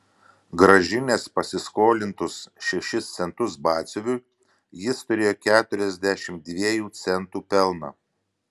grąžinęs pasiskolintus šešis centus batsiuviui jis turėjo keturiasdešimt dviejų centų pelną